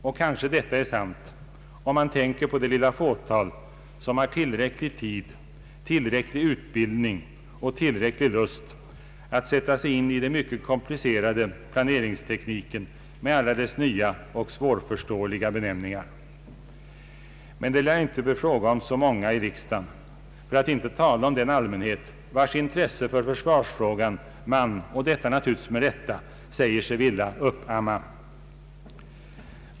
Och kanske detta är sant om man tänker på det lilla fåtal som har tillräcklig tid, tillräcklig utbildning och tillräcklig lust att sätta sig in i den mycket komplicerade planeringstekniken med alla dess nya och svårförståeliga benämningar. Men det lär inte bli fråga om så många i riksdagen — för att inte tala om den allmänhet vars intresse för försvarsfrågan man, och detta med rätta, säger sig vilja uppamma.